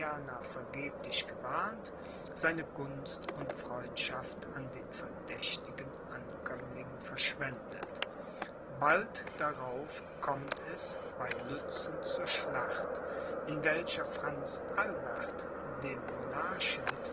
vergeblich gewarnt seine gunst und freundschaft an den verdächtigen ankömmling verschwendet bald darauf kommt es bei lützen zur schlacht in welcher franz